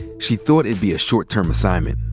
she thought it'd be short term assignment.